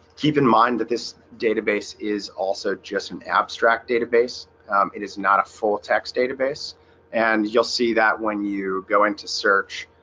keep in mind that this database is also just an abstract database it is not a full-text database and you'll see that when you go in to search